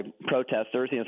protesters